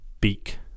beak